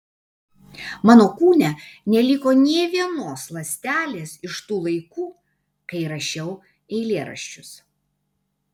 mano kūne neliko nė vienos ląstelės iš tų laikų kai rašiau eilėraščius